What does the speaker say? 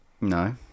No